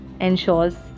ensures